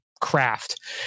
craft